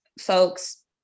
folks